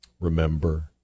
remember